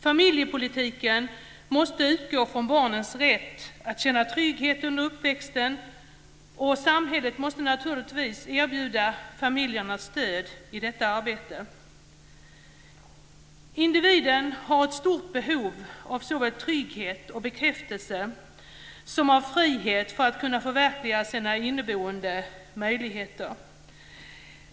Familjepolitiken måste utgå från barnens rätt att känna trygghet under uppväxten, och samhället måste naturligtvis erbjuda familjerna stöd i detta arbete. Individen har ett stort behov av såväl trygghet och bekräftelse som frihet för att kunna förverkliga sina inneboende möjligheter.